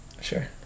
Sure